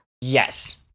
yes